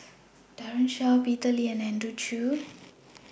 Daren Shiau Peter Lee and Andrew Chew